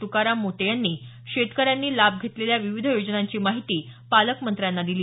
तुकाराम मोटे यांनी शेतकऱ्यांनी लाभ घेतलेल्या विविध योजनांची माहिती पालकमंत्र्यांना दिली